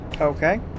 Okay